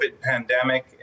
pandemic